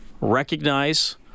recognize